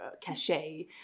cachet